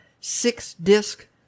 six-disc